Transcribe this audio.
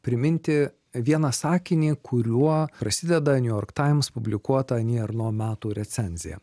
priminti vieną sakinį kuriuo prasideda new york times publikuota ani erno metų recenzija